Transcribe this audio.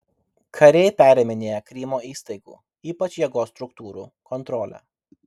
kariai periminėja krymo įstaigų ypač jėgos struktūrų kontrolę